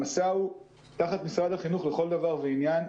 המסע הוא תחת אחריותו של משרד החינוך לכל דבר ועניין,